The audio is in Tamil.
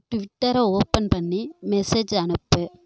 ட்விட்டரை ஓபன் பண்ணி மெசேஜை அனுப்பு